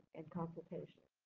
and consultations.